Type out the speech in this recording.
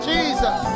Jesus